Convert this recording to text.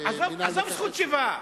עזוב זכות שיבה.